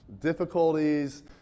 difficulties